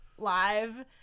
live